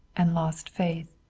and lost faith.